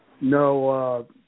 No